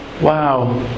Wow